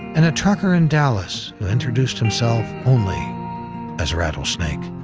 and a trucker in dallas who introduced himself only as rattlesnake.